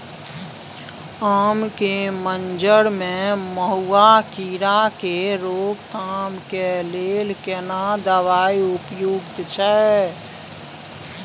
आम के मंजर में मधुआ कीरा के रोकथाम के लेल केना दवाई उपयुक्त छै?